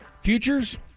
Futures